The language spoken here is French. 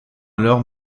alors